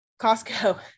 costco